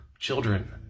children